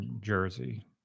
Jersey